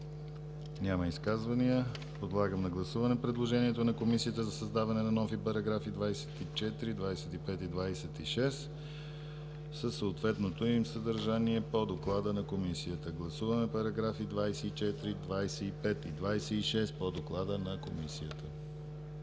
Няма. Подлагам на гласуване предложението на Комисията за създаване на нови параграфи 24, 25 и 26 със съответното им съдържание по доклада на Комисията. Гласуваме параграфи 24, 25 и 26 по доклада на Комисията.